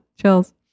chills